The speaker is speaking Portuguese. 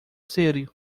sério